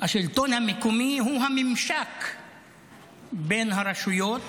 השלטון המקומי הוא הממשק בין הרשויות,